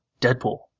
Deadpool